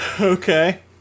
Okay